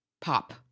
pop